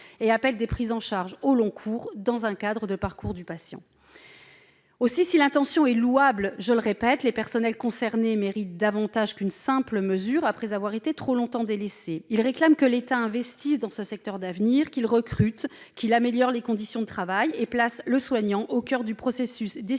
et appellent des prises en charge au long cours, dans le cadre d'un véritable parcours du patient. Si l'intention du texte est louable, les personnels concernés méritent davantage qu'une simple mesure, après avoir été trop longtemps délaissés. Ils réclament que l'État investisse dans ce secteur d'avenir, qu'il recrute, améliore les conditions de travail et place le soignant au coeur du processus